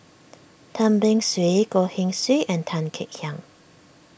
Tan Beng Swee Goh Keng Swee and Tan Kek Hiang